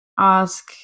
ask